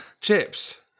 Chips